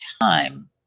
time